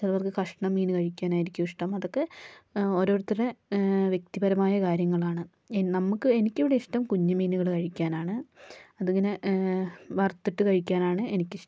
ചിലർക്ക് കഷ്ണം മീൻ കഴിക്കാനായിരിക്കും ഇഷ്ടം അതൊക്കെ ഓരോരുത്തരുടെ വ്യക്തിപരമായ കാര്യങ്ങളാണ് നമുക്ക് എനിക്കിവിടെ ഇഷ്ടം കുഞ്ഞുമീനുകൾ കഴിക്കാനാണ് അതിങ്ങനെ വറുത്തിട്ട് കഴിക്കാനാണ് എനിക്കിഷ്ടം